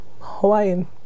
Hawaiian